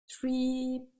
three